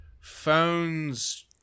phones